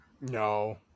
No